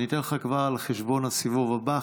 אני אתן לך כבר על חשבון הסיבוב הבא,